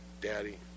Daddy